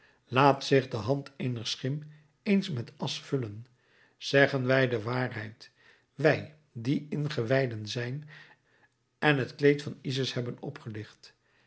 laat zich de hand eener schim eens met asch vullen zeggen wij de waarheid wij die ingewijden zijn en het kleed van isis hebben opgelicht